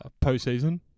postseason